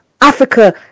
Africa